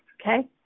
okay